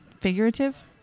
figurative